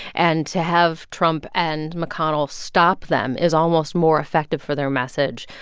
and to have trump and mcconnell stop them is almost more effective for their message.